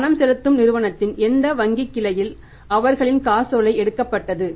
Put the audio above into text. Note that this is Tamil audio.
பணம் செலுத்தும் நிறுவனத்தின் எந்த வங்கிக்கிளையில் அவர்களின் காசோலை எடுக்கப்பட்டது